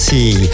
See